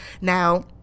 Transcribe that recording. Now